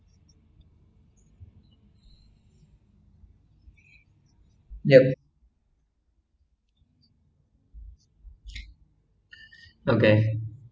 yup okay